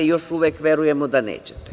Još uvek verujemo da nećete.